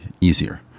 easier